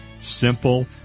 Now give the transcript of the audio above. simple